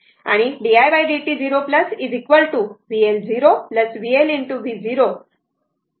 तर di dt 0 v L 0 v L v0 L हे असेल